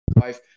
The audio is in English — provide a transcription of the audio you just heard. wife